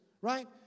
Right